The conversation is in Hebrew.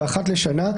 ואחת לשנה,